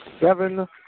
seven